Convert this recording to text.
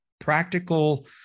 practical